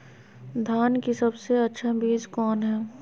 धान की सबसे अच्छा बीज कौन है?